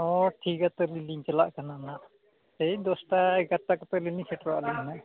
ᱦᱚᱸ ᱴᱷᱤᱠ ᱜᱮᱭᱟ ᱟᱹᱞᱤᱧ ᱞᱤᱧ ᱪᱟᱞᱟᱜ ᱠᱟᱱᱟ ᱦᱟᱸᱜ ᱥᱮᱭ ᱫᱚᱥᱴᱟ ᱮᱜᱟᱨᱚᱴᱟ ᱠᱚᱛᱮ ᱞᱤᱧ ᱥᱮᱴᱮᱨᱚᱜᱼᱟ ᱦᱟᱸᱜ